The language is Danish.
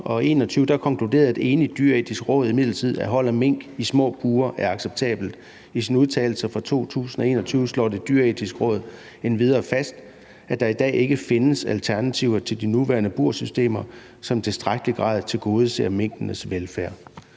2021 konkluderede et enigt Dyreetisk Råd imidlertid, at hold af mink i små bure ikke er acceptabelt. I sine udtalelser fra 2021 slår Det Dyreetiske Råd endvidere fast, at der i dag ikke findes alternativer til de nuværende bursystemer, som i tilstrækkelig grad tilgodeser minkenes velfærd.